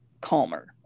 calmer